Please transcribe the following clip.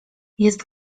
jest